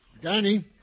Danny